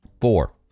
Four